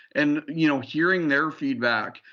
and you know hearing their feedback.